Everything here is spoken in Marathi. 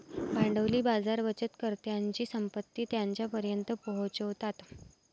भांडवली बाजार बचतकर्त्यांची संपत्ती त्यांच्यापर्यंत पोहोचवतात